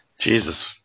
Jesus